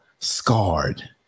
Scarred